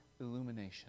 illumination